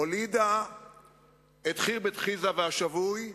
הולידה את "חרבת חזעה" ו"השבוי",